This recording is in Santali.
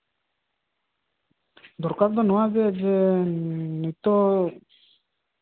ᱫᱚᱨᱠᱟᱨ ᱫᱚ ᱱᱚᱣᱟᱜᱮ ᱡᱮ ᱱᱤᱛᱚᱜ